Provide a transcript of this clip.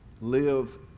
live